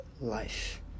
life